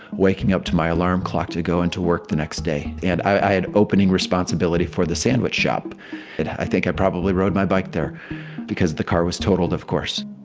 waking up to my alarm clock to go into work the next day. and i had opening responsibility for the sandwich shop that i think i probably rode my bike there because the car was totaled. of course,